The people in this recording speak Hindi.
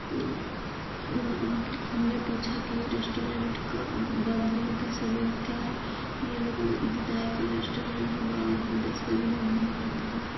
हमने पूछा कि यह रेस्टोरेंट कब बंद होने का समय क्या है उन्होंने बताया कि रेस्टोरेंट हमारे यहाँ दस बजे बंद हो जाता है